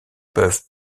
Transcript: peuvent